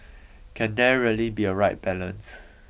can there really be a right balance